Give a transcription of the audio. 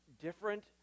different